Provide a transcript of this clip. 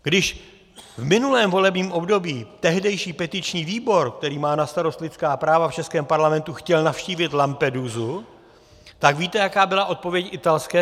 Když v minulém volebním období tehdejší petiční výbor, který má na starosti lidská práva v českém parlamentu, chtěl navštívit Lampedusu, tak víte, jaká byla odpověď italské strany?